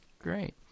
great